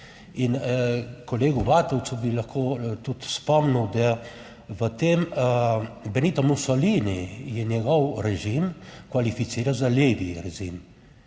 kolegu Vatovcu bi lahko tudi spomnil, da v tem Benito Mussolini je njegov režim kvalificiral za levi režim...